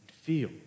feel